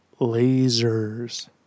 lasers